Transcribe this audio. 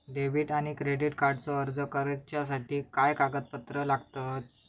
Debit आणि credit कार्डचो अर्ज करुच्यासाठी काय कागदपत्र लागतत?